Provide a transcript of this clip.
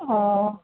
অঁ